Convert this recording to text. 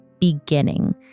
beginning